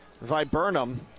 Viburnum